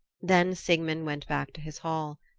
then sigmund went back to his hall.